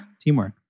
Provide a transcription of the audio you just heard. Teamwork